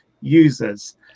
users